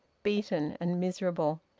beaten and miserable.